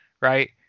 right